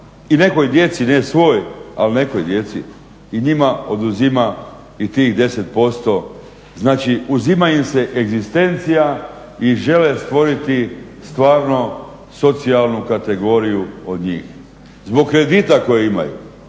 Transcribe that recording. i nekoj djeci, ne svoj ali nekoj djeci i njima oduzima i tih deset posto. Znači, uzima im se egzistencija i žele stvoriti stvarno socijalnu kategoriju od njih. Zbog kredita koje imaju